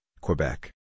Quebec